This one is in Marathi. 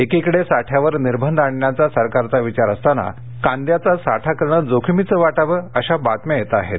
एकीकडे साठ्यावर निर्बंध आणण्याचा सरकारचा विचार असताना मुळात कांद्याचा साठा करणं जोखमीचं वाटावं अशा बातम्या येताहेत